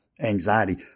anxiety